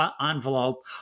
envelope